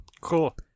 Cool